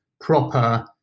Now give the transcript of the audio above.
proper